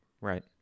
right